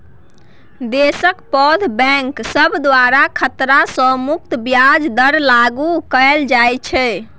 देशक पैघ बैंक सब द्वारा खतरा सँ मुक्त ब्याज दर लागु कएल जाइत छै